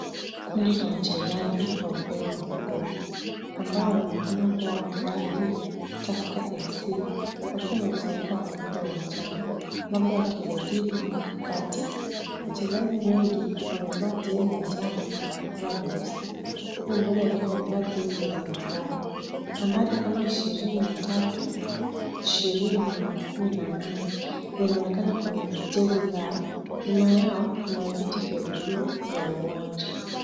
Kundi la wachezaji wa mpira wa miguu ambao wanaonekana kuwa wa klabu ya tusker FC wakiwa wamekusanyika pamoja , labda wakijadili mkakati. Wachezaji wengi wamevaa jezi za njano na kaptura nyeusi huku mmoja akiwa amevaa jezi ya zambarau. Nambari kama ishirini na kumi na tatu, ishirini na kumi na nane yanaonekana kwenye jezi zao. Nyuma yao kuna vitu vya blue vya uwanja.